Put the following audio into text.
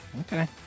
Okay